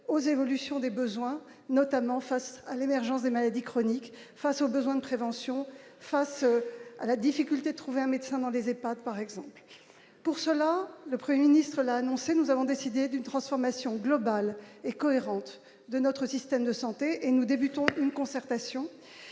aux évolutions des besoins, notamment face à l'émergence de maladies chroniques, face aux besoins de prévention face à la difficulté de trouver un médecin dans des épaves par exemple, pour cela, le 1er ministre l'a annoncé : nous avons décidé d'une transformation globale et cohérente de notre système de santé et nous débutons une concertation,